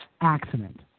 accident